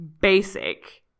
basic